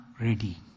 ready